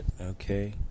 Okay